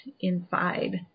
inside